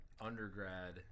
undergrad